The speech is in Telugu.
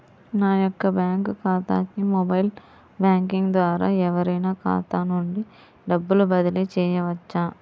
నా యొక్క బ్యాంక్ ఖాతాకి మొబైల్ బ్యాంకింగ్ ద్వారా ఎవరైనా ఖాతా నుండి డబ్బు బదిలీ చేయవచ్చా?